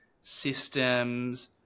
systems